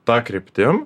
ta kryptim